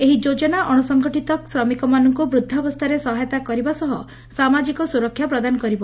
ଏହି ଯୋଜନା ଅଣସଂଗଠିତ ଶ୍ରମିକମାନଙ୍କୁ ବୁଦ୍ଧାବସ୍ଷାରେ ସହାୟତା କରିବା ସହ ସାମାଜିକ ସ୍ପରକ୍ଷା ପ୍ରଦାନ କରିବ